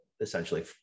essentially